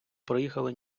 приїхали